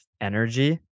energy